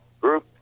Group